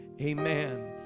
Amen